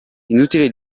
inutile